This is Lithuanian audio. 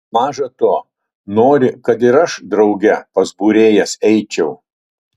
maža to nori kad ir aš drauge pas būrėjas eičiau